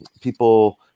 people